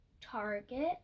Target